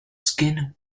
skin